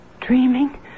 dreaming